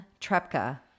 Trepka